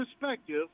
perspective